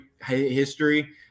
history